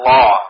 Law